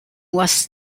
was